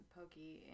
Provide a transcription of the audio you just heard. Pokey